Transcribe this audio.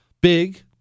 big